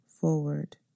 forward